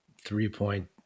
three-point